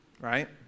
right